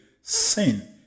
sin